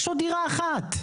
יש לו דירה אחת.